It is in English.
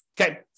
Okay